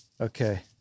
Okay